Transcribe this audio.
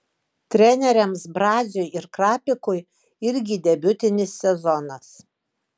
treneriams braziui ir krapikui irgi debiutinis sezonas